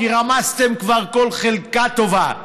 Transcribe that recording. כי רמסתם כבר כל חלקה טובה.